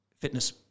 fitness